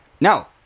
No